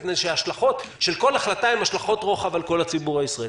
מפני שההשלכות של כול החלטה הן השלכות רוחב על כול הציבור הישראלי.